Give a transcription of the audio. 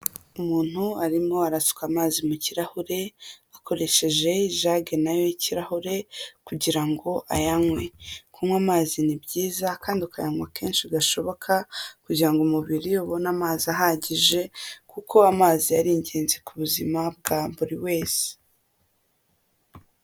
Umuntu arimo arasuka amazi mu kirahure, akoresheje ijage nayo y'kirahure, kugira ngo ayanywe, kunywa amazi ni byiza kandi ukayanywa kenshi gashoboka kugira ngo umubiri ubone amazi ahagije, kuko amazi ari ingenzi ku buzima bwa buri wese.